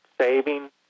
saving